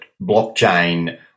blockchain